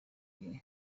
gihe